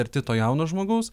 arti to jauno žmogaus